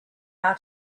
how